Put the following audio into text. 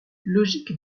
logique